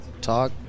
talk